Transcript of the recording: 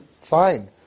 Fine